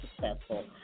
successful